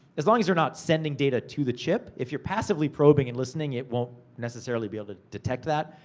as long as you're not sending data to the chip. if you're passively probing and listening, it won't necessarily be able to detect that.